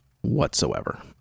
whatsoever